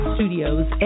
Studios